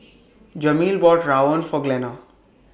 Jameel bought Rawon For Glenna